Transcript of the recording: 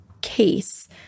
case